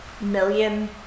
million